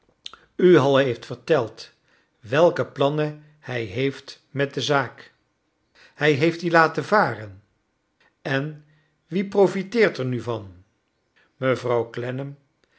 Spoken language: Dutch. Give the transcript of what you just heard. u al hceft verteld vvelke plannen hij heeft met de zaak hij heeft die laten varen en vvie profiteert er nu van mevrouw